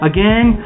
Again